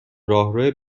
راهرو